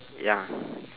ya